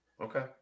Okay